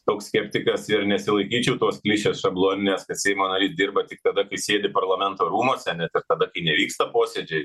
toks skeptikas ir nesilaikyčiau tos klišės šabloninės kad seimo nariai dirba tik tada kai sėdi parlamento rūmuose net ir tada kai nevyksta posėdžiai